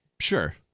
Sure